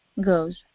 goes